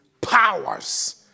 powers